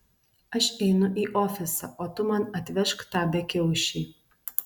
aš einu į ofisą o tu man atvežk tą bekiaušį